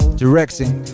directing